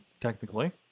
technically